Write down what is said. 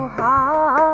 da